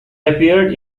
appeared